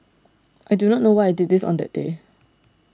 I do not know why I did this on that day